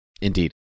Indeed